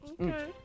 Okay